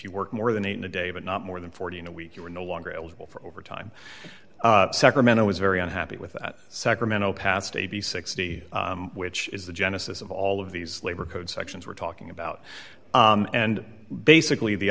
you work more than eight in a day but not more than forty in a week you are no longer eligible for overtime sacramento was very unhappy with that sacramento past eight thousand and sixty which is the genesis of all of these labor code sections we're talking about and basically the